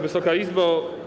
Wysoka Izbo!